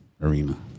arena